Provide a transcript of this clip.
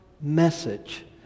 message